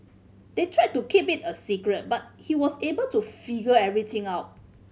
they tried to keep it a secret but he was able to figure everything out